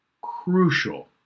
crucial